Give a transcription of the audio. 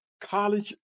college